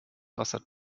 wasser